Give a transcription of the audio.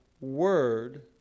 word